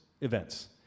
events